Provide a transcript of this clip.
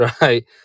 right